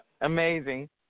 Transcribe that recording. Amazing